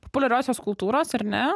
populiariosios kultūros ar ne